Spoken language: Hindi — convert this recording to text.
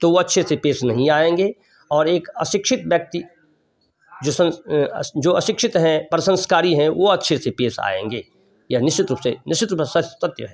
तो वह अच्छे से पेश नहीं आएंगे और एक अशिक्षित व्यक्ति जो संस जो अशिक्षित हैं पर संस्कारी हैं वह अच्छे से पेश आएंगे यह निश्चित रूप से सत्य है